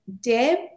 Deb